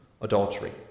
adultery